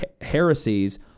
heresies